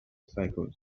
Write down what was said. cycles